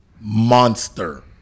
monster